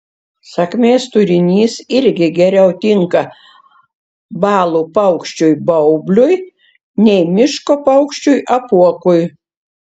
sakmės turinys irgi geriau tinka balų paukščiui baubliui nei miško paukščiui apuokui